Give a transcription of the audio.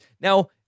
Now